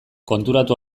konturatu